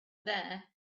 there